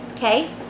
Okay